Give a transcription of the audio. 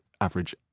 average